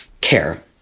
care